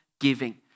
giving